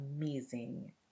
amazing